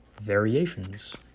Variations